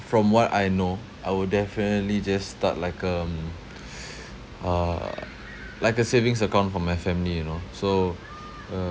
from what I know I will definitely just start like um uh like a savings account for my family you know so uh